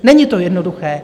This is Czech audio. Není to jednoduché.